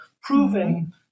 proving